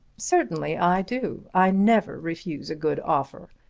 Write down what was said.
certainly i do. i never refuse a good offer.